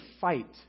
fight